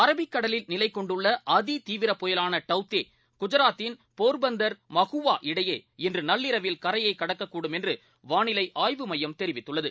அரபிக்கடலில்நிலைகொண்டுள்ளஅதிதீவிரபுயலான டவ்தேகுஜராத்தின்போர்பந்தர் மஹூவாஇடையேஇன்றுநள்ளிரவில்கரையைக்கடக்கக்கூடும்என்றுவானிலைஆய்வு மையம்தெரிவித்துள்ளது